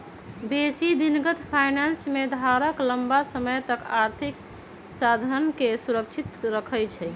बेशी दिनगत फाइनेंस में धारक लम्मा समय तक आर्थिक साधनके सुरक्षित रखइ छइ